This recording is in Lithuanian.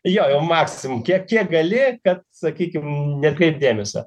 jo jau maksimum kiek kiek gali kad sakykim neatkreipt dėmesio